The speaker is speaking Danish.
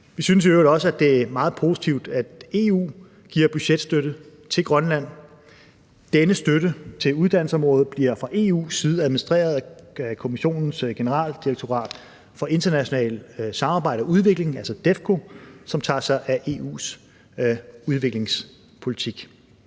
meget positivt, at EU giver budgetstøtte til Grønland. Denne støtte til uddannelsesområdet bliver fra EU's side administreret af Kommissionens generaldirektorat for internationalt samarbejde og udvikling, altså DEVCO, som tager sig af EU's udviklingspolitik.